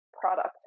product